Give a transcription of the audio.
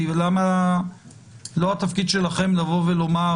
לא התפקיד שלכם לבוא ולומר: